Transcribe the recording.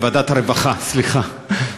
סליחה,